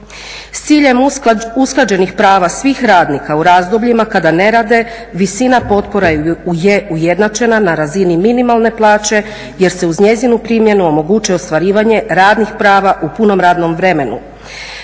S ciljem usklađenih prava svih radnika u razdobljima kada ne rade, visina potpora je ujednačena na razini minimalne plaće jer se uz njezinu primjenu omogućuje ostvarivanje radnih prava u punom radnom vremenu.